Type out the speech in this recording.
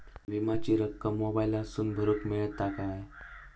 विमाची रक्कम मोबाईलातसून भरुक मेळता काय?